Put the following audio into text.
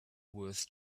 worth